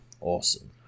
Awesome